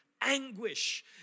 anguish